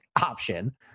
option